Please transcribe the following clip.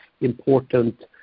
important